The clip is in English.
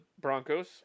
Broncos